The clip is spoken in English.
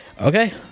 Okay